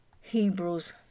Hebrews